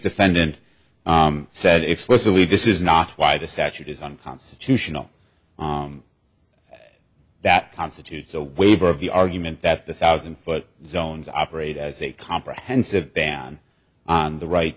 defendant said explicitly this is not why the statute is unconstitutional that constitutes a waiver of the argument that the thousand foot zones operate as a comprehensive ban on the right